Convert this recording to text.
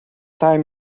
time